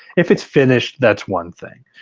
if it's finished, that's one thing.